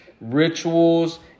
rituals